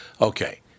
Okay